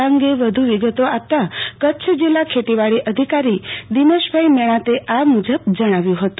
આ અંગે વધુ વિગતો આપતા કચ્છ જીલ્લા ખેતીવાડી અધિકારી દિનેશભાઈ મેણાતે આ મુજબ જણાવ્યું હતું